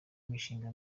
mishinga